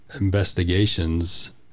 investigations